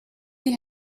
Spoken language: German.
die